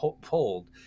pulled